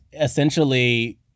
essentially